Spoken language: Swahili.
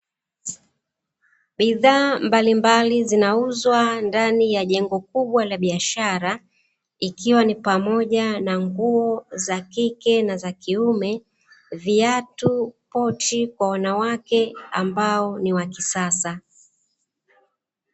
Bidhaa mbalimbali zinauzwa ndani ya jengo la biashara, ikiwa ni pamoja na nguo za kkikena kiume, viatu, pochi kwa wanawake ambao ni wakisasa.